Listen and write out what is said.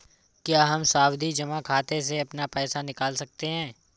क्या हम सावधि जमा खाते से अपना पैसा निकाल सकते हैं?